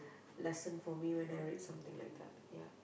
lesson for me when I read something like that yeah